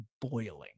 boiling